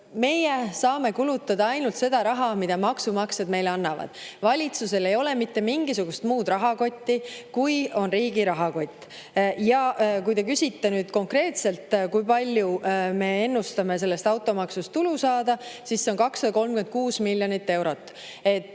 me saame kulutada ainult seda raha, mida maksumaksjad meile annavad. Valitsusel ei ole mitte mingisugust muud rahakotti, kui on riigi rahakott. Kui te küsite konkreetselt, kui palju me ennustame automaksust tulu saada, siis see on 236 miljonit eurot.